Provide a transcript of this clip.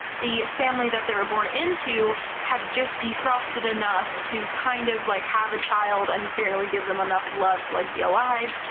the family that they were born into had just defrosted enough to kind of, like, have a child and barely give them enough love to, like, be alive,